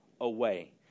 away